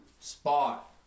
spot